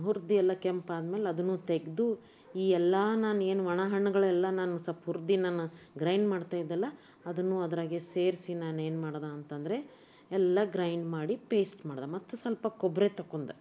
ಹುರ್ದು ಎಲ್ಲ ಕೆಂಪಾದ್ಮೇಲೆ ಅದನ್ನು ತೆಗೆದು ಈ ಎಲ್ಲ ನಾನೇನು ಒಣಹಣ್ಣುಗಳೆಲ್ಲ ನಾನು ಸ್ವಲ್ಪ ಹುರ್ದು ನಾನು ಗ್ರೈಂಡ್ ಮಾಡ್ತಾಯಿದ್ದೆ ಅಲ್ಲ ಅದನ್ನು ಅದ್ರಾಗೆ ಸೇರಿಸಿ ನಾನೇನ್ಮಾಡ್ದೆ ಅಂತ ಅಂದ್ರೆ ಎಲ್ಲ ಗ್ರೈಂಡ್ ಪೇಸ್ಟ್ ಮಾಡ್ದೆ ಮತ್ತು ಸ್ವಲ್ಪ ಕೊಬ್ಬರಿ ತೊಗೊಂಡು